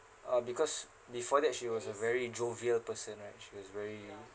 uh because before that she was a very jovial person right she was very